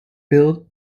built